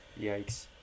Yikes